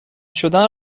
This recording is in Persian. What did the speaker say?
شدن